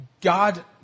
God